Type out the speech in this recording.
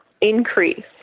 increase